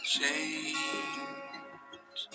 change